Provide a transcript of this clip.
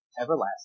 everlasting